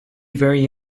very